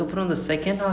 mm